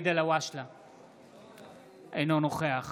אינו נוכח